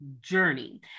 journey